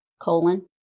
colon